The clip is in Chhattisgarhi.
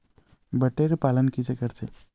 बटेर पालन कइसे करथे?